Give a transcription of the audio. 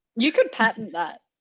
you could patent that,